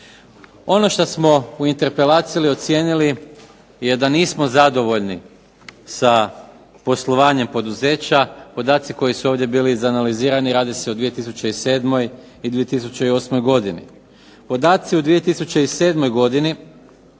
Ono što smo u interpelaciji ocijenili je da nismo zadovoljni sa poslovanjem poduzeća. Podaci koji su ovdje bili izanalizirani, radi se o 2007. i 2008. godini. Podaci u 2007. godini